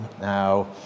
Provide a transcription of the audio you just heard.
now